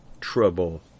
trouble